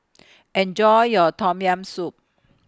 Enjoy your Tom Yam Soup